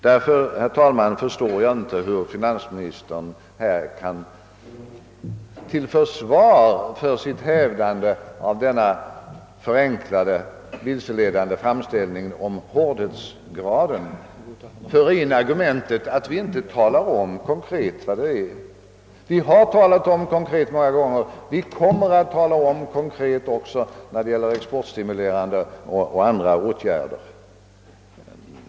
Därför, herr talman, förstår jag inte hur finansministern — till försvar för sitt hävdande av en förenklad och vilseledande framställning om hårdhetsgraden i vår politik — kan föra in argumentet, att vi inte talar om vilka åtgärder som skall vidtas. Vi har många gånger gjort sådana konkreta uttalanden och vi kommer också att göra det när det gäller åtgärder av exportstimulerande och andra slag.